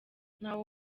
ntawe